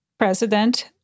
President